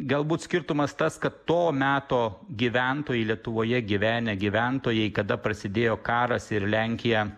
galbūt skirtumas tas kad to meto gyventojai lietuvoje gyvenę gyventojai kada prasidėjo karas ir lenkija